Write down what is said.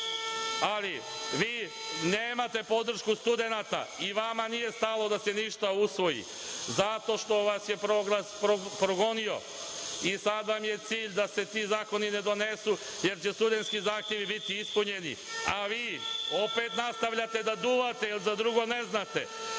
Ali, vi nemate podršku studenata i vama nije stalo da se ništa usvoji zato što vas je „Proglas“ progonio i sada vam je cilj da se ti zakoni ne donesu, jer će studentski zahtevi biti ispunjeni, a vi opet nastavljate da duvate, jer za drugo ne znate.